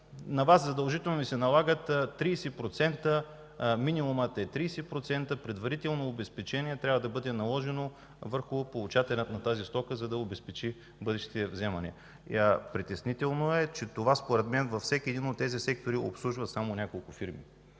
на Вас задължително Ви се налагат 30% минимум предварително обезпечение върху получателя на тази стока, за да обезпечи бъдещите вземания. Притеснително е, че това, според мен, във всеки един от тези сектори обслужва само няколко фирми.